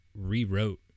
rewrote